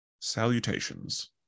salutations